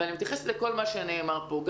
ואני מתייחסת לכל מה שנאמר פה.